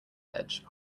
edge